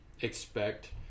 expect